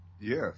Yes